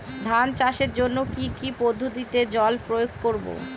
ধান চাষের জন্যে কি কী পদ্ধতিতে জল প্রয়োগ করব?